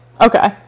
Okay